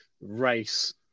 race